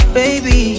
baby